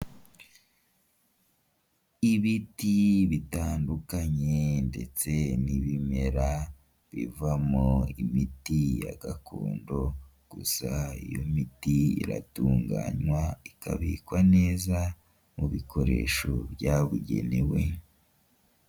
Ibiti bitandukanye ndetse n'ibimera bivamo imiti ya gakondo gusa iyo miti iratunganywa ikabikwa neza mu bikoresho byabugenewe.